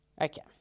Okay